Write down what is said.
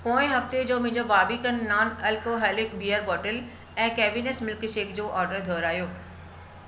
पोएं हफ़्ते जो मुंहिंजो Barbican non alcoholic beer bottle ऐं केविन मिल्कशेक जो ऑडर दुहिरायो